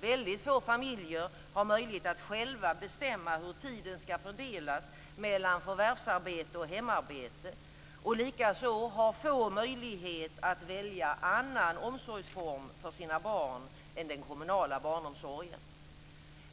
Väldigt få familjer har möjlighet att själva bestämma hur tiden ska fördelas mellan förvärvsarbete och hemarbete och likaså har få möjlighet att välja annan omsorgsform för sina barn än den kommunala barnomsorgen.